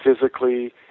physically